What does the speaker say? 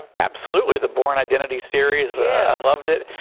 absolutely. the bourne identity series i loved it.